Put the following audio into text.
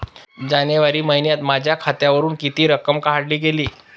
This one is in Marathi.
जानेवारी महिन्यात माझ्या खात्यावरुन किती रक्कम काढली गेली?